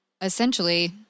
essentially